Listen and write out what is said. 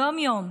יום-יום,